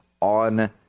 on